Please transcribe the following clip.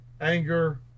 anger